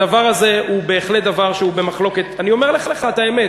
הדבר הזה הוא בהחלט במחלוקת, אני אומר לך את האמת,